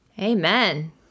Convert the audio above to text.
Amen